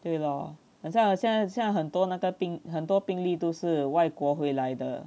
对咯很像很像很像很多那个病很多病例都是外国回来的